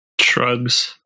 Trugs